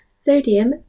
Sodium